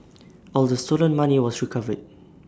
all the stolen money was recovered